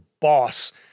boss